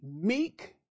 meek